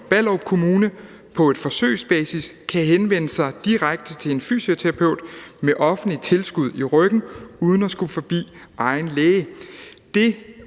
Ballerup Kommune på forsøgsbasis kan henvende sig direkte til en fysioterapeut med offentligt tilskud i ryggen uden at skulle forbi egen læge.